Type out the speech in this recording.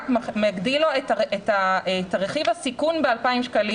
מגדיל לו את רכיב הסיכון ב-2,000 שקלים,